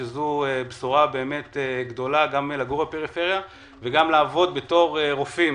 שזו בשורה גדולה גם לגור בפריפריה וגם לעבוד בתור רופאים